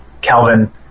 Calvin